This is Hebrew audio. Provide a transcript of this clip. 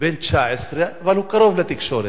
בן 19, אבל הוא קרוב לתקשורת,